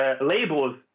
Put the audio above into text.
labels